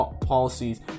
policies